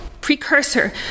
precursor